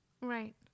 Right